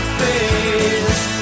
face